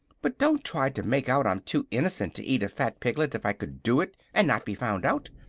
but don't try to make out i'm too innocent to eat a fat piglet if i could do it and not be found out.